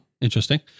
interesting